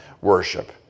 worship